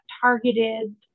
targeted